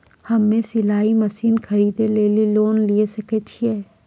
हम्मे सिलाई मसीन खरीदे लेली लोन लिये सकय छियै?